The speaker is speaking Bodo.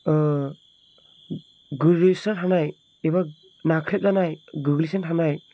गोग्लैसोना थानाय एबा नाख्रेबजानाय गोग्लैसोना थानाय